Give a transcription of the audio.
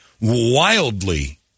wildly